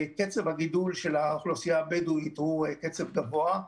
קצב הגידול של האוכלוסייה הבדואית הוא קצב גבוה.